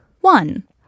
one